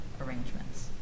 arrangements